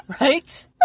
Right